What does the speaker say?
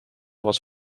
was